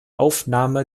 aufnahme